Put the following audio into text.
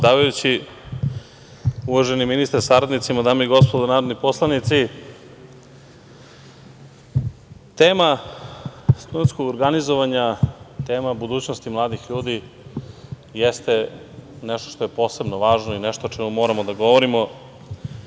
predsedavajući. Uvaženi ministre, sa saradnicima, dame i gospodo narodni poslanici, tema studenskog organizovanja, tema budućnosti mladih jeste nešto što je posebno važno i nešto o čemu moramo da govorimo